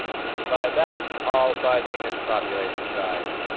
and then divide that all by the initial population size